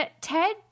Ted